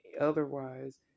Otherwise